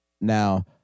now